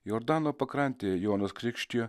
jordano pakrantėje jonas krikštijo